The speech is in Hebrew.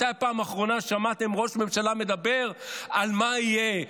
מתי הפעם האחרונה ששמעתם את ראש הממשלה מדבר על מה יהיה,